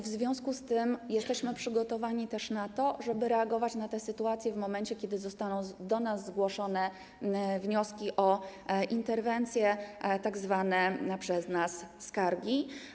W związku z tym jesteśmy przygotowani też na to, żeby reagować na takie sytuacje w momencie, kiedy zostaną do nas zgłoszone wnioski o interwencje, zwane przez nas skargami.